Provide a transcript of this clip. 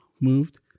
moved